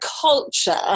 culture